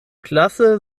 klasse